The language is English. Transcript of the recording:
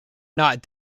not